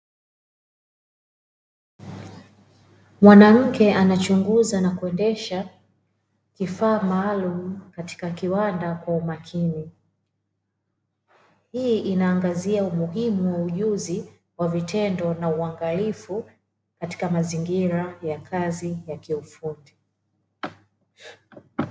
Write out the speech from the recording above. Mwanamke anachuguza na kuendesha kifaa maalum katika kiwanda kwa umakini. Hii inaangazia umuhimu wa ujuzi wa vitendo na uangalifu katika mazingira ya kazi ya kiufundi.